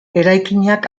eraikinak